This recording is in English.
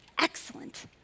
excellent